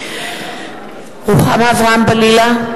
רוחמה אברהם-בלילא,